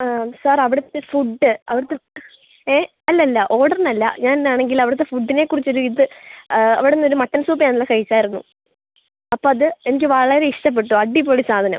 ആ സാർ അവിടുത്തെ ഫുഡ് അവിടുത്തെ ഏഹ് അല്ലല്ല ഓർഡർനല്ല ഞാനാണെങ്കിൽ അവിടുത്തെ ഫുഡിനെ കുറിച്ചൊരിത് അവിടുന്നൊര് മട്ടൺ സൂപ്പ് ഞങ്ങൾ കഴിച്ചായിരുന്നു അപ്പോൾ അത് എനിക്ക് വളരെ ഇഷ്ടപ്പെട്ടു അടിപൊളി സാധനം